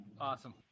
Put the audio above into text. Awesome